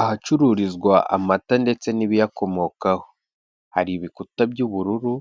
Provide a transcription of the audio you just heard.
Ahacururizwa amata ndetse n'ibiyakomokaho, hari ibikuta by'ubururu